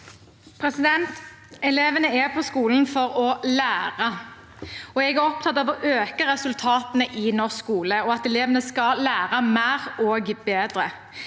Elevene er på skolen for å lære. Jeg er opptatt av å øke resultatene i norsk skole og at elevene skal lære mer og bedre.